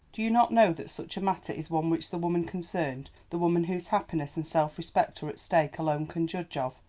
do you not know that such a matter is one which the woman concerned, the woman whose happiness and self-respect are at stake, alone can judge of?